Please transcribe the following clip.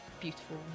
beautiful